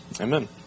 Amen